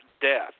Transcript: Death